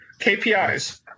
KPIs